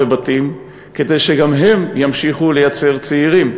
כדי שגם הם ימשיכו לייצר צעירים,